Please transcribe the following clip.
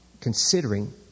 considering